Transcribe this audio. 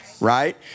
right